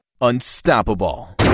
unstoppable